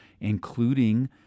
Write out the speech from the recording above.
including